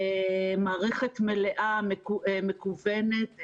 מערכת מלאה מקוונת.